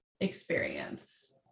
experience